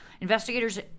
Investigators